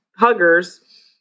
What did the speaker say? huggers